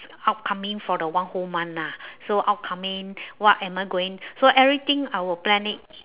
upcoming for the one whole month lah so upcoming what am I going so everything I will plan it